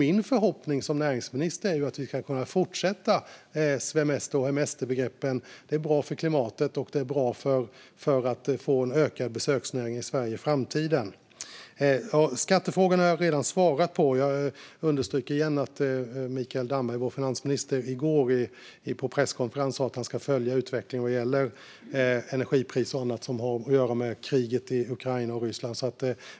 Min förhoppning som näringsminister är att vi ska kunna fortsätta svemestra och hemestra. Det är bra för klimatet, och det är bra för att få en större besöksnäring i Sverige i framtiden. Skattefrågorna har jag redan svarat på. Jag understryker än en gång att finansminister Mikael Damberg sa på en presskonferens i går att han ska följa utvecklingen vad gäller energipris och annat som har med Ryssland och kriget i Ukraina att göra.